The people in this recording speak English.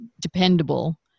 dependable